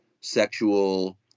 sexual